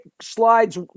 slides